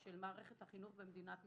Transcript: של מערכת החינוך במדינת ישראל,